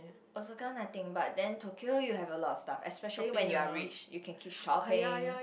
Osaka nothing but then Tokyo you have a lot of stuff especially when you are rich you can keep shopping